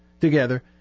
together